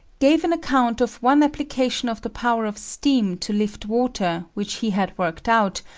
gave an account of one application of the power of steam to lift water which he had worked out,